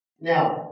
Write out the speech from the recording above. Now